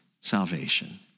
salvation